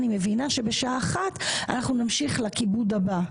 אני מבינה שבשעה 13:00 אנחנו נמשיך לכיבוד הבא.